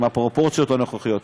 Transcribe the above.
עם הפרופורציות הנוכחיות,